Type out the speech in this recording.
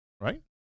right